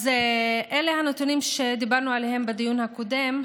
אז אלה הנתונים שדיברנו עליהם בדיון הקודם,